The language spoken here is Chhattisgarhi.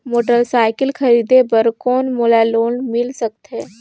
मोटरसाइकिल खरीदे बर कौन मोला लोन मिल सकथे?